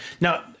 now